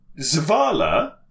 Zavala